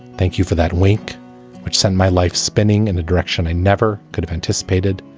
thank you for that wink which send my life spinning in a direction i never could have anticipated.